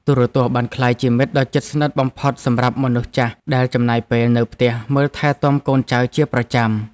ទូរទស្សន៍បានក្លាយជាមិត្តដ៏ជិតស្និទ្ធបំផុតសម្រាប់មនុស្សចាស់ដែលចំណាយពេលនៅផ្ទះមើលថែទាំកូនចៅជាប្រចាំថ្ងៃ។